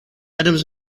adams